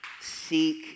Seek